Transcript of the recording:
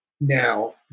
Now